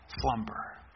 slumber